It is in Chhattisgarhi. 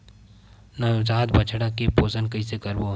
नवजात बछड़ा के पोषण कइसे करबो?